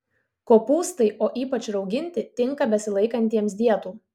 kopūstai o ypač rauginti tinka besilaikantiems dietų